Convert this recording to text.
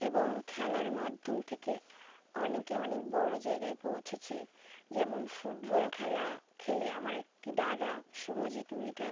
এবং খেলার মাধ্যম থেকে অনেকে অনেক বড় জায়গায় পৌঁছেছে যেমন ফুটবল খেলা খেলে আমার একটি দাদা শুভজিৎ মৃধা